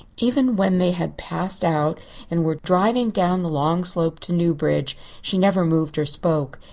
even when they had passed out and were driving down the long slope to newbridge she never moved or spoke.